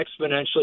exponentially